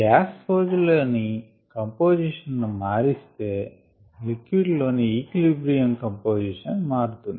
gas phase లోని composition ను మారిస్తే లిక్విడ్ లోని ఈక్విలిబ్రియం కంపొజిషన్ మారుతుంది